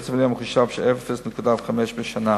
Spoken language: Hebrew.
קצב עלייה מחושב של 0.5% בשנה.